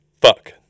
Fuck